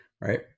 right